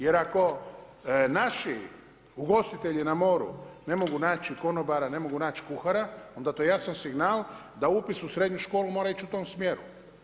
Jer ako naši ugostitelji na moru ne mogu naći konobara, ne mogu naći kuhara onda je to jasno signal da upis u srednju školu mora ići u tom smjeru.